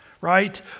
right